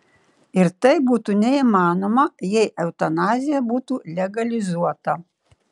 ir tai būtų neįmanoma jei eutanazija būtų legalizuota